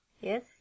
yes